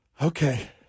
Okay